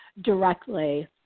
directly